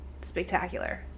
spectacular